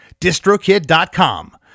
distrokid.com